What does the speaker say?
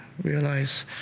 realize